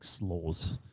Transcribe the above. laws